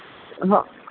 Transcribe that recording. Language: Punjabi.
ਹਾਂ